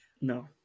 No